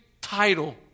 title